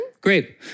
Great